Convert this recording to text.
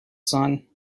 son